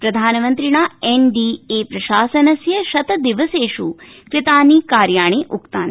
प्रधानमन्त्रिणा एनडीए प्रशासनस्य शतदिवसेष् कृतानि कार्याणि उक्तानि